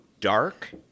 dark